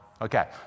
Okay